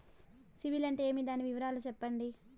సిబిల్ అంటే ఏమి? దాని వివరాలు సెప్పండి?